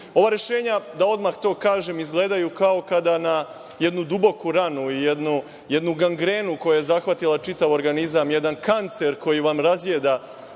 rešenja, da odmah to kažem, izgledaju kao kada na jednu duboku ranu i jednu gangrenu koja je zahvatila čitav organizam, jedan kancer koji vam razjeda